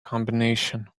combination